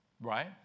Right